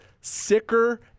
sicker